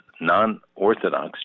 non-orthodox